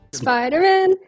Spider-Man